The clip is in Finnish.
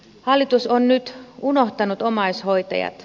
hallitus on nyt unohtanut omaishoitajat